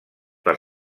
per